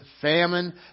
famine